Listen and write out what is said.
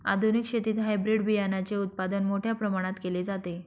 आधुनिक शेतीत हायब्रिड बियाणाचे उत्पादन मोठ्या प्रमाणात केले जाते